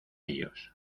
ellos